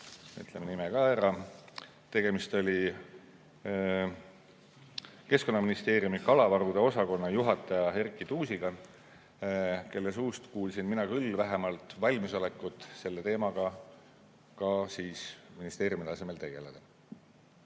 tema nime ka ära. Tegemist oli Keskkonnaministeeriumi kalavarude osakonna juhataja Erki Tuusiga, kelle suust kuulsin mina küll vähemalt valmisolekut selle teemaga ministeeriumi tasemel tegeleda.